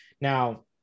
Now